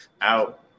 Out